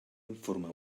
informe